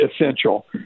essential